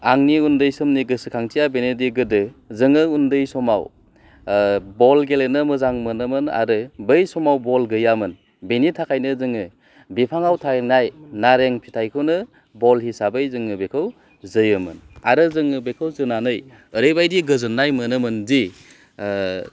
आंनि उन्दै समनि गोसोखांथिया बेनोदि गोदो जोङो उन्दै समाव बल गेलेनो मोजां मोनोमोन आरो बै समाव बल गैयामोन बेनि थाखायनो जोङो बिफाङाव थानाय नारें फिथाइखौनो बल हिसाबै जोङो बेखौ जोयोमोन आरो जोङो बेखौ जोनानै बेबायदि गोजोननाय मोनोमोनदि